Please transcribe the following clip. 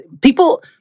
people